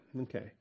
Okay